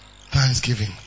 thanksgiving